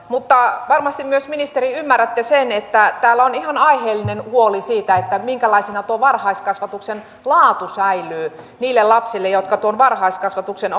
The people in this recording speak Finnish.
vastaan mutta varmasti myös ministeri ymmärrätte sen että täällä on ihan aiheellinen huoli siitä minkälaisena tuo varhaiskasvatuksen laatu säilyy niille lapsille joiden vanhemmat tuon varhaiskasvatuksen